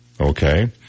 Okay